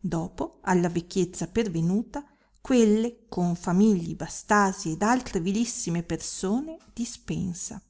dopo alla vecchiezza pervenuta quelle con famigli bastasi ed altre vilissime persone dispensa